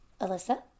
Alyssa